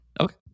Okay